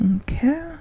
Okay